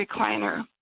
recliner